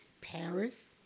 Paris